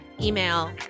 email